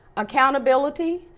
accountability,